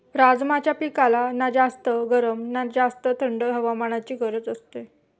राजमाच्या पिकाला ना जास्त गरम ना जास्त थंड हवामानाची गरज असते